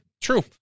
True